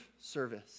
service